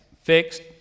fixed